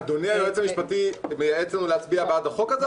אדוני היועץ המשפטי מייעץ לנו להצביע בעד החוק הזה?